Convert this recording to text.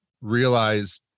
realize